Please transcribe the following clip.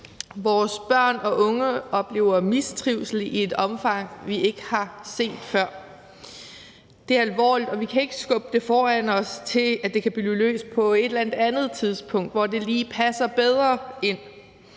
Vores børn og unge oplever mistrivsel i et omfang, vi ikke har set før. Det er alvorligt, og vi kan ikke skubbe det foran os og løse det på et eller andet andet tidspunkt, hvor det lige passer bedre ind.